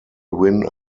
win